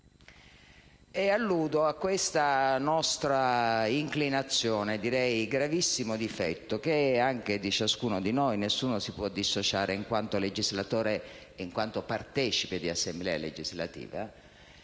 Alludo alla nostra inclinazione - direi gravissimo difetto, che è anche di ciascuno di noi, e nessuno si può dissociare, in quanto partecipe di Assemblea legislativa